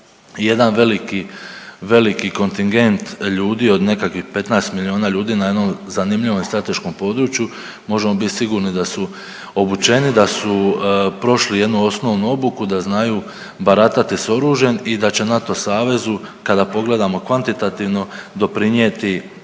veliki, veliki kontingent ljudi od nekakvih 15 milijuna ljudi na jednom zanimljivom i strateškom području možemo bit sigurni da su obučeni, da su prošli jednu osnovnu obuku, da znaju baratati sa oružjem i da će NATO savezu kada pogledamo kvantitativno doprinijeti